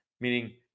meaning